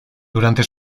durante